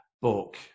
book